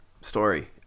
story